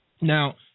Now